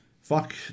fuck